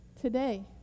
today